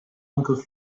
uncle